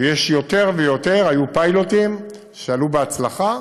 ויש יותר ויותר, היו פיילוטים שעלו בהצלחה,